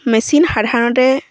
machine সাধাৰণতে